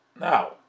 Now